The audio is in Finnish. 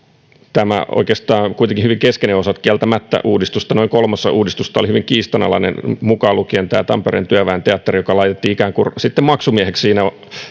oikeastaan hyvin keskeinen osa kieltämättä noin kolmasosa uudistusta oli hyvin kiistanalaista mukaan lukien tämä tampereen työväen teatteri joka laitettiin ikään kuin maksumieheksi siinä